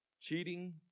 cheating